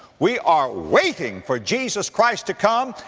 we are waiting for jesus christ to come,